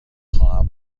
خواهم